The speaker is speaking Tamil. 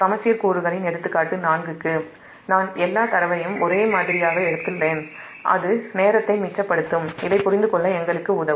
சமச்சீர் கூறுகளின் 'எடுத்துக்காட்டு 4' க்கு நான் எல்லா டேட்டாவையும் ஒரே மாதிரியாக எடுத்துள்ளேன் அது நேரத்தை மிச்சப்படுத்தும் இதைப் புரிந்துகொள்ள எங்களுக்கு உதவும்